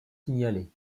signalés